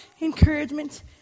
encouragement